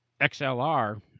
XLR